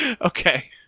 Okay